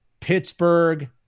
Pittsburgh